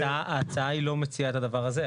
אבל ההצעה היא לא מציעה את הדבר הזה.